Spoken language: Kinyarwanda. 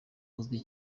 azwi